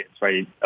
right